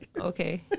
Okay